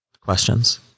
Questions